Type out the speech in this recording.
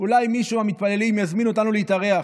אולי מישהו מהמתפללים יזמין אותנו להתארח.